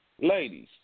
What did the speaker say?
Ladies